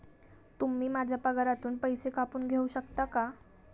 तुम्ही माझ्या पगारातून पैसे कापून घेऊ शकता का?